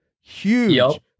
Huge